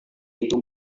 itu